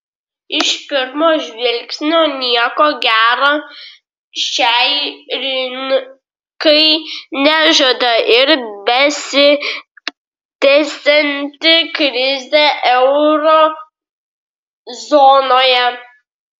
iš pirmo žvilgsnio nieko gero šiai rinkai nežada ir besitęsianti krizė euro zonoje